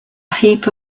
heap